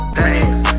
Thanks